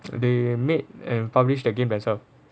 they made and publish the game as well